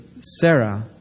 Sarah